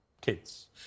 kids